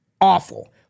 awful